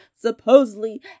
supposedly